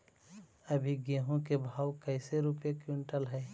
अभी गेहूं के भाव कैसे रूपये क्विंटल हई?